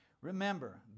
Remember